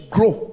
Grow